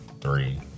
three